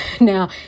Now